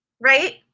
Right